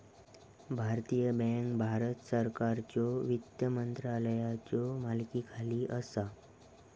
भारतीय बँक भारत सरकारच्यो वित्त मंत्रालयाच्यो मालकीखाली असा